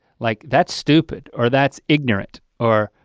like that's stupid or that's ignorant, or